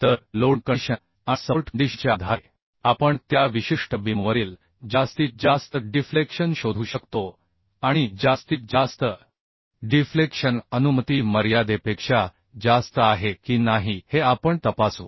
तर loading condition आणि support कंडिशनच्या आधारे आपण त्या विशिष्ट बीमवरील जास्तीत जास्त डिफ्लेक्शन शोधू शकतो आणि जास्तीत जास्त डिफ्लेक्शन अनुमती मर्यादेपेक्षा जास्त आहे की नाही हे आपण तपासू